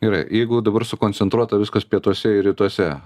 gerai jeigu dabar sukoncentruota viskas pietuose ir rytuose